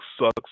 sucks